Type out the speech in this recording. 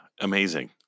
Amazing